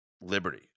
Liberty